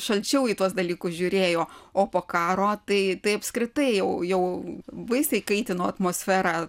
šalčiau į tuos dalykus žiūrėjo o po karo tai tai apskritai jau jau baisiai kaitino atmosferą